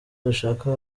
dushaka